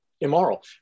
immoral